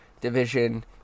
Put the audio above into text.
Division